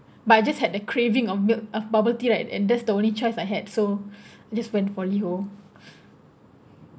but I just had the craving of milk of bubble tea right and that's the only choice I had so I just went for Liho